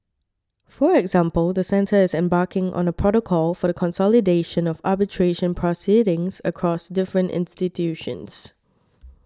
for example the centre is embarking on a protocol for the consolidation of arbitration proceedings across different institutions